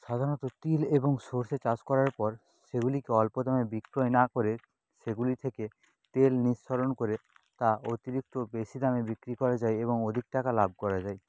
সাধারণত তিল এবং সর্ষে চাষ করার পর সেগুলিকে অল্প দামে বিক্রয় না করে সেগুলি থেকে তেল নিঃসরণ করে তা অতিরিক্ত বেশি দামে বিক্রি করা যায় এবং অধিক টাকা লাভ করা যায়